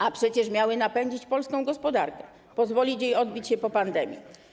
a przecież miały napędzać polską gospodarkę, pozwolić jej odbić się po pandemii.